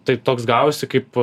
tai toks gavosi kaip